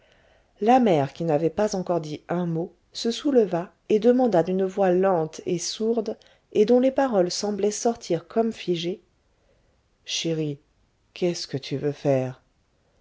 la mère qui n'avait pas encore dit un mot se souleva et demanda d'une voix lente et sourde et dont les paroles semblaient sortir comme figées chéri qu'est-ce que tu veux faire